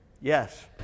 Yes